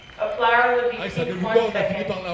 a flower would be pink one second,